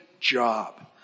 job